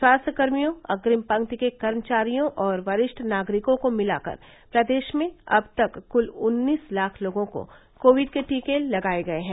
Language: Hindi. स्वास्थ्यकर्मियों अग्रिम पंक्ति के कर्मचारियों और वरिष्ठ नागरिकों को मिलाकर प्रदेश में अब तक कुल उन्नीस लाख लोगों को कोविड के टीके लगाये गये हैं